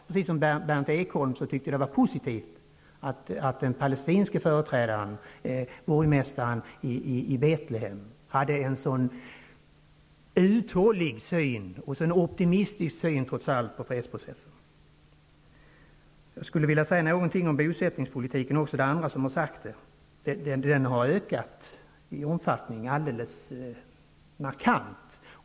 Precis som Berndt Ekholm tycker jag att det är positivt att den palestinske företrädaren, borgmästaren i Betlehem, hade en så uthållig och trots allt optimistisk syn på fredsprocessen. Andra har talat om bosättningspolitiken, men jag skulle också vilja säga något. Bosättningarna har ökat i omfattning alldeles markant.